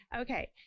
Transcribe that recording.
Okay